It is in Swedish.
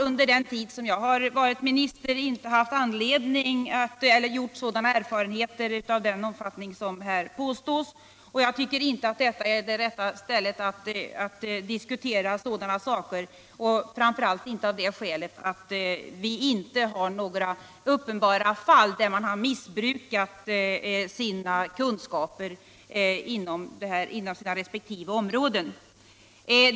Under den tid jag har varit utrikesminister har jag inte gjort erfarenheter av det slag som här påstås, och jag tycker inte heller att detta är rätta stället att diskutera sådana saker — framför allt därför att vi inte har några uppenbara fall där man har missbrukat sina kunskaper inom resp. områden.